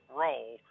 role